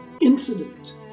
incident